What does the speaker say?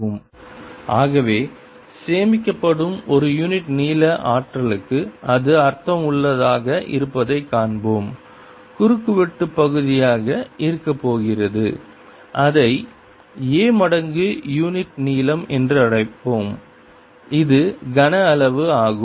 Energy density120B21200nI20n2I22 ஆகவே சேமிக்கப்படும் ஒரு யூனிட் நீள ஆற்றலுக்கு இது அர்த்தமுள்ளதாக இருப்பதைக் காண்போம் குறுக்குவெட்டுப் பகுதியாக இருக்கப் போகிறது அதை a மடங்கு யூனிட் நீளம் என்று அழைப்போம் அது கன அளவு ஆகும்